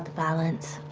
balance.